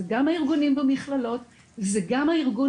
מדובר גם על הארגונים במכללות, זה גם הארגון